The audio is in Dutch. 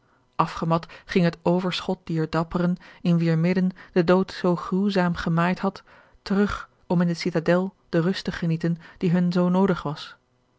afgemat ging het overschot dier dapperen in wier midden de dood zoo gruwzaam gemaaid had terug om in de citadel de rust te genieten die hun zoo noodig was